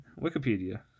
Wikipedia